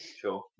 Sure